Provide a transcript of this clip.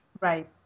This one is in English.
Right